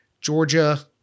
Georgia